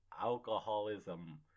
alcoholism